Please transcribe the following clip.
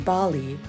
Bali